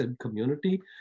community